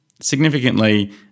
Significantly